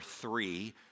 three